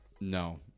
No